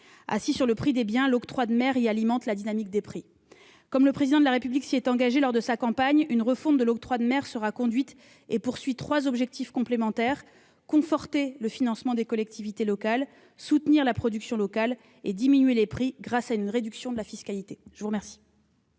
Assis sur le prix des biens, l'octroi de mer alimente la dynamique des prix. Comme le Président de la République s'y est engagé lors de sa campagne, une refonte de l'octroi de mer sera menée. Elle visera trois objectifs complémentaires : conforter le financement des collectivités locales, soutenir la production locale et diminuer les prix grâce à une réduction de la fiscalité. La parole